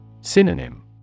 Synonym